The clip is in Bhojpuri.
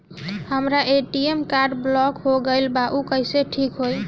हमर ए.टी.एम कार्ड ब्लॉक हो गईल बा ऊ कईसे ठिक होई?